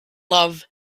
love